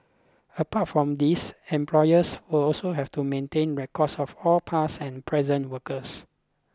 apart from these employers will also have to maintain records of all past and present workers